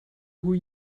who